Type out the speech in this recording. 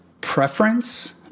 preference